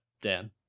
dan